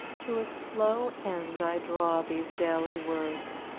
to a slow end i draw these daily words,